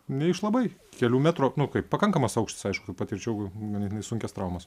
ne iš labai kelių metrų nu kaip pakankamas aukštis aišku patirčiau ganėtinai sunkias traumas